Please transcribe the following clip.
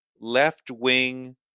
left-wing